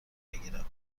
بگیرم